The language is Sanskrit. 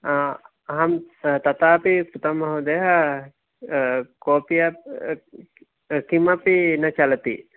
अहं तथा अपि कृतम् महोदय कोपि एप् किमपि न चलति